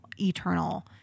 eternal